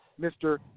Mr